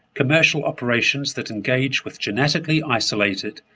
commercial operations that engage with genetically isolated,